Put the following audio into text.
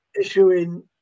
issuing